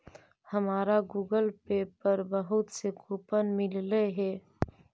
हमारा Google pay पर बहुत से कूपन मिललई हे